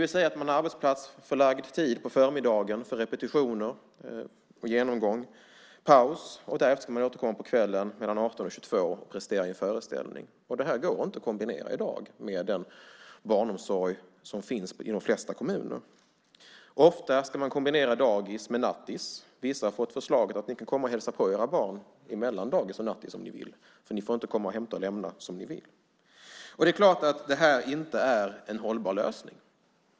De har arbetsplatsförlagd tid på förmiddagen för repetitioner och genomgångar. Sedan är det paus, och därefter ska de återkomma på kvällen mellan 18 och 22 och prestera i en föreställning. Det går inte att kombinera i dag med den barnomsorg som finns i de flesta kommuner. Ofta ska dagis kombineras med nattis. Vissa har fått förslaget att de kan komma och hälsa på sina barn mellan dagis och nattis, men de får inte hämta och lämna som de vill. Det är klart att det här inte är en hållbar lösning.